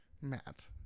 Matt